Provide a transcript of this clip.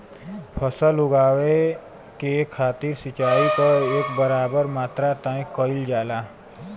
फसल उगावे के खातिर सिचाई क एक बराबर मात्रा तय कइल जाला